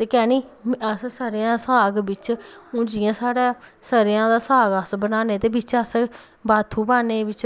ते की निं अस स'रेआं दा साग बिच हून जि'यां साढ़े सरेआं दा साग बनाने ते बिच अस बाथू पान्ने बिच